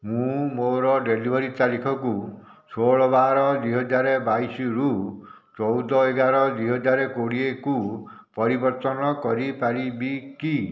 ମୁଁ ମୋର ଡେଲିଭରି ତାରିଖକୁ ଷୋହଳ ବାର ଦୁଇ ହଜାର ବାଇଶରୁ ଚଉଦ ଏଗାର ଦୁଇ ହଜାର କୋଡ଼ିଏକୁ ପରିବର୍ତ୍ତନ କରିପାରିବି କି